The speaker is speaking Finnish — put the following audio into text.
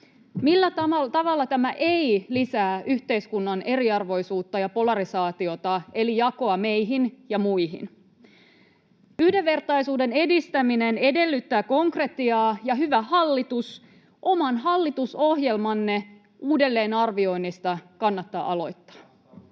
Millä tavalla tämä ei lisää yhteiskunnan eriarvoisuutta ja polarisaatiota, eli jakoa meihin ja muihin? Yhdenvertaisuuden edistäminen edellyttää konkretiaa, ja, hyvä hallitus, oman hallitusohjelmanne uudelleenarvioinnista kannattaa aloittaa.